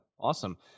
awesome